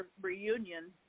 reunion